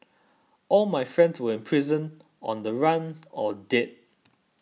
all my friends were in prison on the run or dead